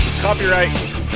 Copyright